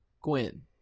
Gwen